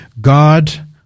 God